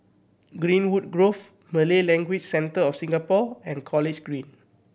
Greenwood Grove Malay Language Centre of Singapore and College Green